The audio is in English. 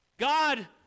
God